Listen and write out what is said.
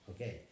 okay